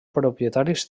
propietaris